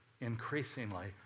increasingly